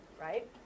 right